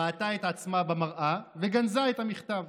ראתה את עצמה במראה וגנזה את המכתב.